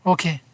Okay